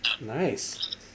Nice